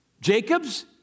Jacob's